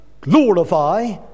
glorify